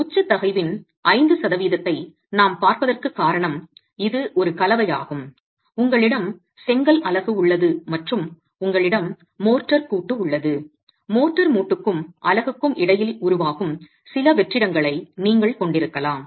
உச்ச தகைவின் 5 சதவீதத்தை நாம் பார்ப்பதற்குக் காரணம் இது ஒரு கலவையாகும் உங்களிடம் செங்கல் அலகு உள்ளது மற்றும் உங்களிடம் மோர்ட்டார் கூட்டு உள்ளது மோர்ட்டார் மூட்டுக்கும் அலகுக்கும் இடையில் உருவாகும் சில வெற்றிடங்களை நீங்கள் கொண்டிருக்கலாம்